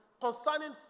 concerning